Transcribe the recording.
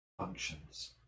functions